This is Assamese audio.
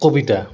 কবিতা